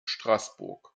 straßburg